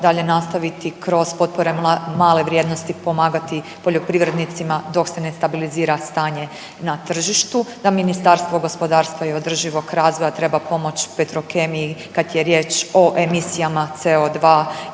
dalje nastaviti kroz potpore male vrijednosti pomagati poljoprivrednicima dok se ne stabilizira stanje na tržištu, da Ministarstvo gospodarstva i održivog razvoja treba pomoći Petrokemiji kad je riječ o emisijama CO2